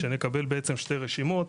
שנקבל שתי רשימות,